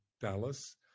Dallas